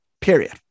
period